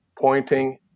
Pointing